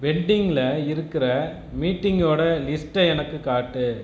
பெண்டிங்கில் இருக்கிற மீட்டிங்குடைய லிஸ்ட்டை எனக்குக் காட்டு